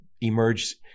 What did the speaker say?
Emerge